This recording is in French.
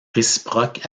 réciproque